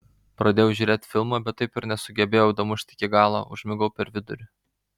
pradėjau žiūrėt filmą bet taip ir nesugebėjau damušt iki galo užmigau per vidurį